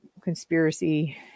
conspiracy